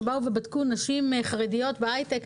שבדקו נשים חרדיות בהייטק.